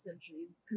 centuries